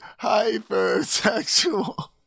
hypersexual